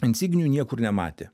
insignijų niekur nematė